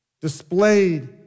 displayed